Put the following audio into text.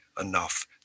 enough